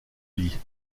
lit